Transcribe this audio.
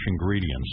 ingredients